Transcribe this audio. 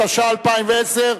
התשע"א 2010,